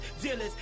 dealers